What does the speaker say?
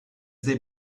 they